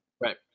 right